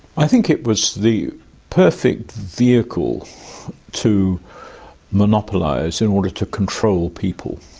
i think it was the perfect vehicle to monopolise in order to control people.